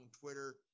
Twitter